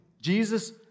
Jesus